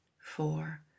four